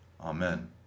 Amen